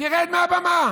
תרד מהבמה,